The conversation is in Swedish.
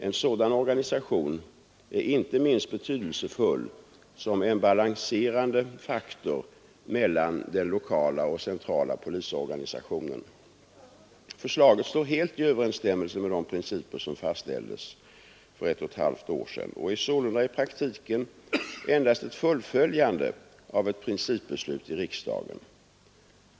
En sådan organisation är inte minst betydelsefull som en balanserande faktor mellan den lokala och den centrala polisorganisationen. Förslaget står helt i överensstämmelse med de principer som fastställdes för ett och ett halvt år sedan och är sålunda i praktiken endast ett fullföljande av ett principbeslut i riksdagen.